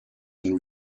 and